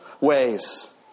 ways